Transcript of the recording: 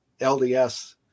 LDS